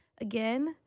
again